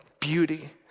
beauty